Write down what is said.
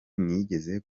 nigeze